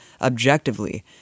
objectively